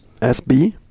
SB